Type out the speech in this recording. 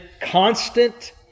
constant